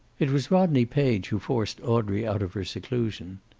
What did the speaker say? it was rodney page who forced audrey out of her seclusion.